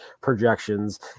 projections